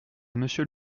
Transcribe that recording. monsieur